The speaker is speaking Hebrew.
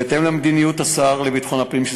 בהתאם למדיניות השר לביטחון הפנים,